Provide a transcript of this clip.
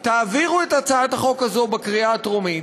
תעבירו את הצעת החוק הזאת בקריאה הטרומית,